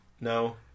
No